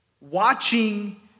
Watching